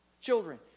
Children